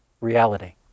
reality